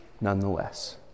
nonetheless